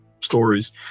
stories